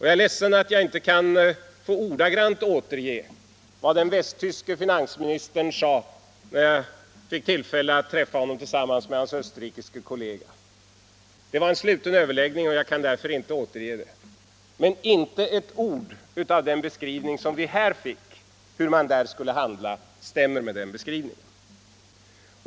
Jag är ledsen att jag inte ordagrant får återge vad den västtyske finansministern sade när jag hade tillfälle att träffa honom och hans österrikiske kollega. Det var en sluten överläggning, och jag kan därför inte återge hans uttalande. Men jag kan säga att inte ett ord av den beskrivning som vi här fick höra av hur man skulle handla i dessa länder stämmer med vad han sade.